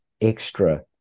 extra